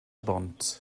bont